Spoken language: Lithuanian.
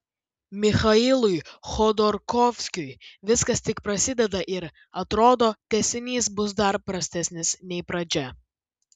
michailui chodorkovskiui viskas tik prasideda ir atrodo tęsinys bus dar prastesnis nei pradžia